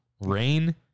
Rain